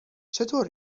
چطور